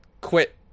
quit